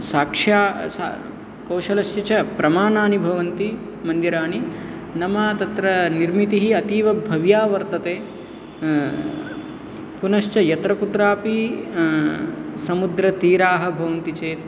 साक्ष्या सा कौशलस्य च प्रमाणानि भवन्ति मन्दिराणि नाम तत्र निर्मितिः अतीव भव्या वर्तते पुनश्च यत्रकुत्रापि समुद्रतीराः भवन्ति चेत्